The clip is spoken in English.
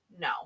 No